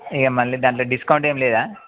ఇక మళ్ళీ దాంట్లో డిస్కౌంట్ ఏం లేదా